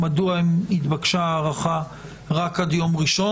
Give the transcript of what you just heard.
מדוע התבקשה הארכה רק עד יום ראשון,